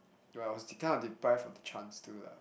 though I was kind of deprived of the chance to lah